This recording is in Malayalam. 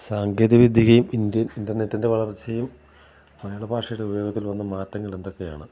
സാങ്കേതികവിദ്യയും ഇന്ത്യൻ ഇൻ്റർനെറ്റിൻ്റെ വളർച്ചയും മലയാള ഭാഷയുടെ ഉപയോഗത്തിൽ വന്ന മാറ്റങ്ങൾ എന്തൊക്കെയാണ്